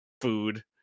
food